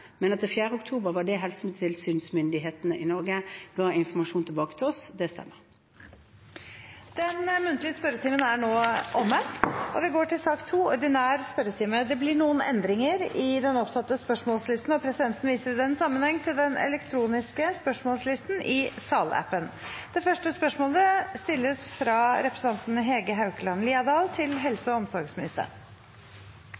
det stemmer at dette var det helsetilsynsmyndighetene i Norge hadde gitt informasjon til oss om den 4. oktober. Den muntlige spørretimen er omme. Det blir noen endringer i den oppsatte spørsmålslisten, og presidenten viser i den sammenheng til den elektroniske spørsmålslisten i salappen. Endringene var som følger: Spørsmål 3, fra representanten Karin Andersen til utenriksministeren, må utsettes til